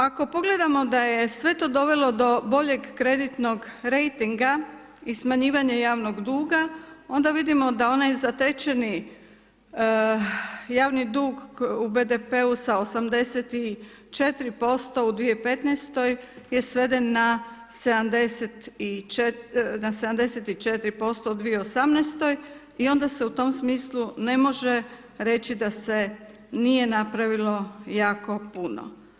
Ako pogledamo da je sve to dovelo do boljeg kreditnog rejtinga i smanjivanje javnog duga, onda vidimo da onaj zatečeni javni dug u BDP-u sa 84% u 2015. je sveden na 74% u 2018. i onda se u tom smislu ne može reći da se nije napravilo jako puno.